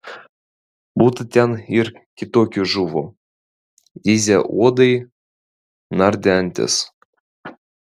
būta ten ir kitokių žuvų zyzė uodai nardė antys